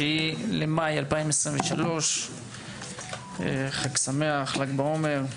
09 במאי 2023. חג ל"ג בעומר שמח.